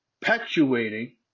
perpetuating